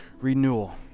renewal